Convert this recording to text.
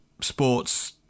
sports